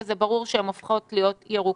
וזה ברור שהם הופכים להיות ירוקים.